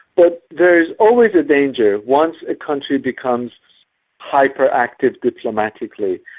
but there is always a danger, once a country becomes hyperactive diplomatically,